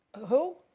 who?